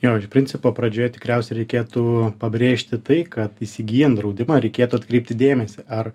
jo iš principo pradžioje tikriausiai reikėtų pabrėžti tai kad įsigyjant draudimą reikėtų atkreipti dėmesį ar